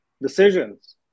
decisions